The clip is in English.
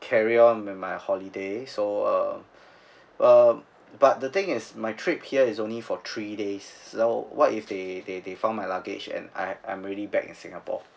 carry on with my holiday so uh uh but the thing is my trip here is only for three days so what if they they they found my luggage and I I'm already back in singapore